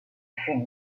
fut